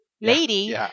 lady